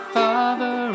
father